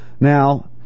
Now